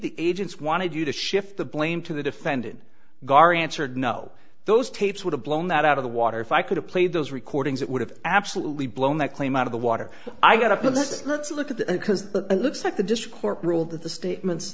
the agents wanted you to shift the blame to the defendant garri answered no those tapes would have blown that out of the water if i could have played those recordings that would have absolutely blown that claim out of the water i got up on this earth to look at the end because it looks like the disk court ruled that the statements